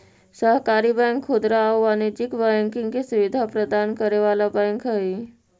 सहकारी बैंक खुदरा आउ वाणिज्यिक बैंकिंग के सुविधा प्रदान करे वाला बैंक हइ